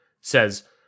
says